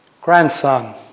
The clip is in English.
grandson